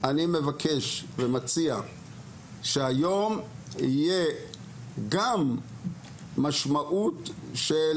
אני מבקש ומציע שהיום תהיה גם משמעות של